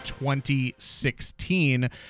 2016